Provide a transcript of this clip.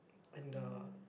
and the